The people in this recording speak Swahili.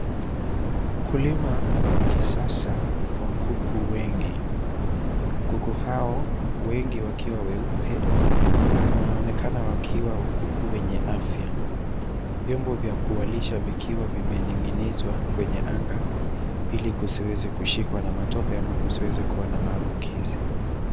Ukulima wa kisasa wa kuku wengi. Kuku hao wengi wakiwa weupe wanaonekana wakiwa kuku wenye afya. Vyombo vya kuwalisha vikiwa vimening'inizwa kwenye anga ili kusiweze kushikwa na matope ama kusiweze kuwa na maambukizi.